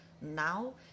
Now